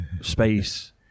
space